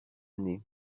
année